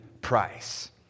price